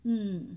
mm